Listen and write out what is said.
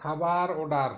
খাবার অর্ডার